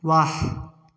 वाह